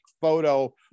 photo